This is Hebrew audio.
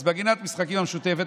אז בגינת המשחקים המשותפת,